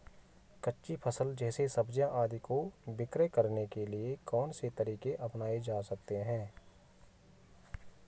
कच्ची फसल जैसे सब्जियाँ आदि को विक्रय करने के लिये कौन से तरीके अपनायें जा सकते हैं?